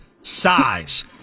size